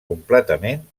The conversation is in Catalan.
completament